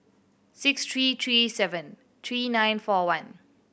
six three three seven three nine four one